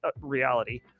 reality